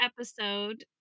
episode